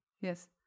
Yes